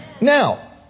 Now